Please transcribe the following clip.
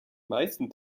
meisten